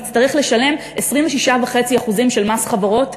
יצטרך לשלם 26.5% מס חברות,